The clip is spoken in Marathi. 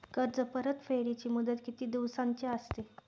कर्ज परतफेडीची मुदत किती दिवसांची असते?